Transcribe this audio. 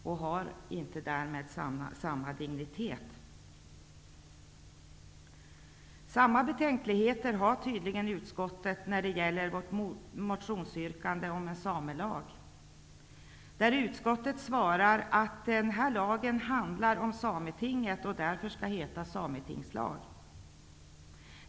Det har därmed inte samma dignitet. Samma betänkligheter har tydligen utskottet när det gäller vårt motionsyrkande om en samelag. Där svarar utskottet att den här lagen handlar om Sametinget och därför skall heta sametingslag.